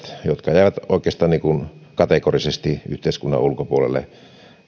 jotka jäivät oikeastaan kategorisesti yhteiskunnan ulkopuolelle